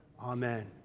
Amen